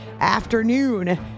afternoon